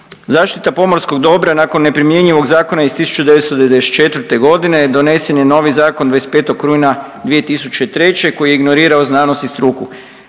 Zaštita pomorskog dobra nakon neprimjenjivog zakona iz 1994. g. donesen je nosi zakon 25. rujna 2003., koji je ignorirao znanost i struku.